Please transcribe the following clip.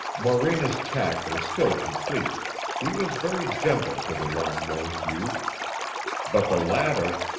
morena's tact was still complete he was very gentle to the long-nosed youth but the latter,